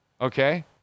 Okay